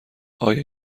آیا